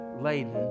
laden